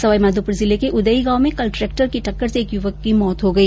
सवाईमाधोपुर जिले के उदयी गांव में कल ट्रेक्टर की टक्कर से एक युवक की मौत हो गई